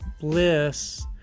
bliss